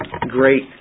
great